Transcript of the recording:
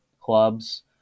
clubs